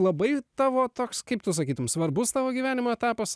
labai tavo toks kaip tu sakytum svarbus tavo gyvenimo etapas